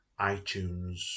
iTunes